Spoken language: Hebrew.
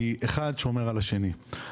כי אחד שומר על השני.